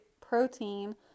protein